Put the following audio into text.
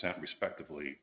respectively